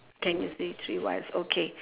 can you see three wires okay